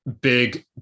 big